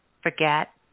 forget